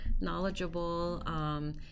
knowledgeable